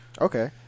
Okay